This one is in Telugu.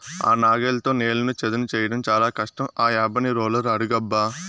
ఆ నాగలితో నేలను చదును చేయడం చాలా కష్టం ఆ యబ్బని రోలర్ అడుగబ్బా